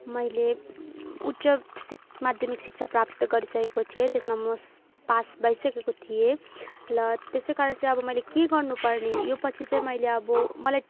मैले उच्च सिक् माध्यमिक शिक्षा प्राप्त गरिसकेको थिएँ त्यसमा म पास भइसकेको थिएँ र त्यसैकारण चाहिँ मैले अब के गर्नुपर्ने यो पछि चाहिँ मैले अब मलाई